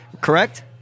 Correct